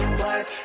work